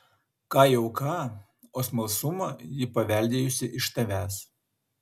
ką jau ką o smalsumą ji paveldėjusi iš tavęs